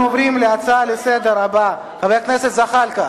אנחנו עוברים להצעה לסדר-היום הבאה.